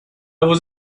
was